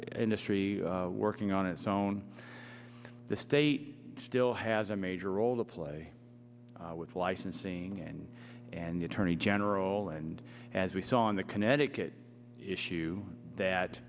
industry working on its own the state still has a major role to play with licensing and and attorney general and as we saw in the connecticut issue that